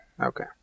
Okay